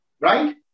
Right